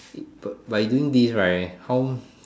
b~ by doing this right how